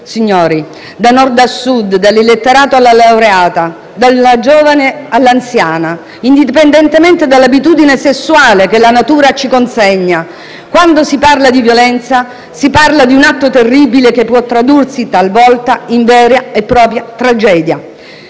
Signori, da Nord a Sud, dall'illetterata alla laureata, dalla giovane all'anziana, indipendentemente dell'abitudine sessuale che la natura ci consegna, quando si parla di violenza si parla di un atto terribile, che può tradursi talvolta in vera e propria tragedia.